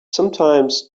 sometimes